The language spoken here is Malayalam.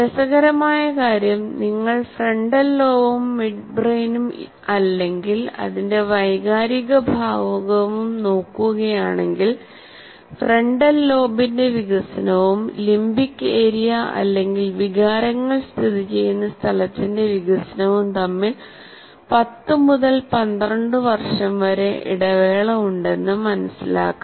രസകരമായ കാര്യം നിങ്ങൾ ഫ്രണ്ടൽ ലോബും മിഡ്ബ്രെയിനും അല്ലെങ്കിൽ അതിന്റെ വൈകാരിക ഭാഗവും നോക്കുകയാണെങ്കിൽ ഫ്രണ്ടൽ ലോബിന്റെ വികസനവും ലിംബിക് ഏരിയ അല്ലെങ്കിൽ വികാരങ്ങൾ സ്ഥിതിചെയ്യുന്ന സ്ഥലത്തിന്റെ വികസനവും തമ്മിൽ 10 മുതൽ 12 വർഷം വരെ ഇടവേള ഉണ്ടെന്ന് മനസിലാക്കാം